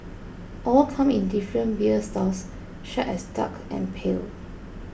all come in different beer styles such as dark and pale